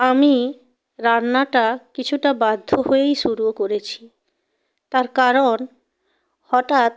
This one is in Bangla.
আমি রান্নাটা কিছুটা বাধ্য হয়েই শুরু করেছি তার কারণ হঠাৎ